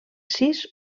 sis